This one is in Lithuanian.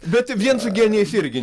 bet vien su genijais irgi